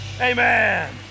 amen